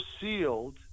sealed